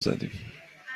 زدیم